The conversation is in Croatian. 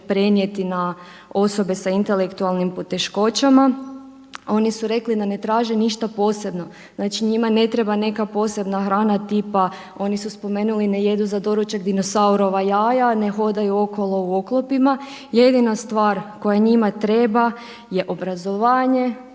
prenijeti na osobe sa intelektualnih poteškoćama. A oni su rekli da ne traže ništa posebno. Znači njima ne treba neka posebna hrana tipa, oni su spomenuli ne jedu za doručak dinosaurova jaja, ne hodaju okolo u oklopima jedina stvar koja njima treba je obrazovanje,